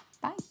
Bye